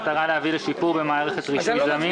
במטרה להביא לשיפור במערכת רישוי זמין,